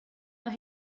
mae